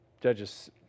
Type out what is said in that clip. Judges